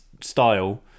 style